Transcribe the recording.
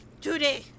today